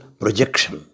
projection